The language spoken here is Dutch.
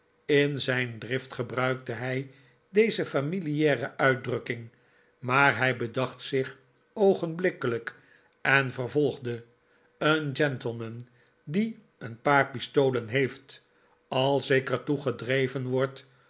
in zijn drift gebruikte hij deze familiare uitdrukking maar hij bedacht zich oogenblikkelijk en vervolgde r een gentleman die een paar pistolen heeft als ik er toe gedreven word